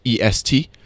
EST